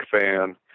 fan